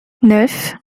neuf